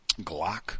Glock